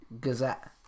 gazette